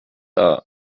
are